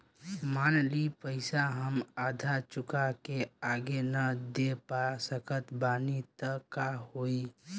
मान ली पईसा हम आधा चुका के आगे न दे पा सकत बानी त का होई?